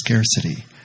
scarcity